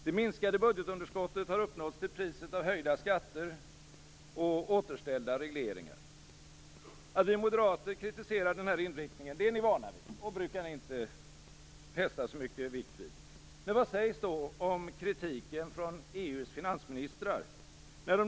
Det minskade budgetunderskottet har uppnåtts till priset av höjda skatter och återställda regleringar. Att vi moderater kritiserar denna inriktning är ni vana vid, och det brukar ni inte fästa så mycket vikt vid. Men vad sägs då om kritiken från EU:s finansministrar?